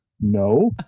No